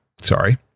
sorry